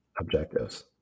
objectives